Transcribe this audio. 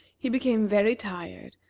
he became very tired,